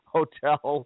Hotel